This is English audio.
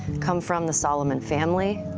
come from the solomon family,